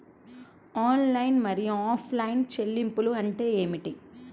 Online మరియు offline చెల్లింపులు అంటే ఏమిటి?